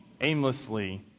aimlessly